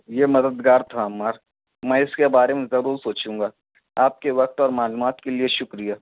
یہ مدد گار تھا عمار میں اس کے بارے میں ضرور سوچوں گا آپ کے وقت اور معلومات کے لیے شکریہ